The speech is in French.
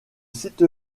site